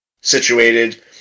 situated